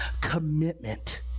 commitment